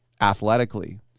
athletically